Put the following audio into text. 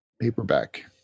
paperback